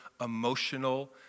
emotional